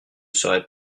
seraient